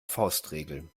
faustregel